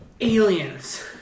Aliens